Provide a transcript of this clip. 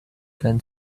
can